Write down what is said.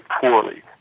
poorly